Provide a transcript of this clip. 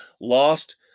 lost